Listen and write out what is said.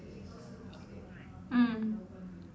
mm